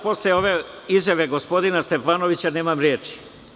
Posle ove izjave gospodina Stefanovića, nemam reči.